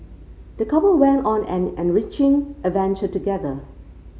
the couple went on an enriching adventure together